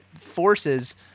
forces